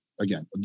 Again